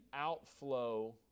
outflow